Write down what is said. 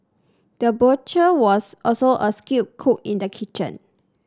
the butcher was also a skilled cook in the kitchen